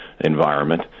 environment